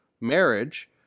marriage